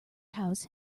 house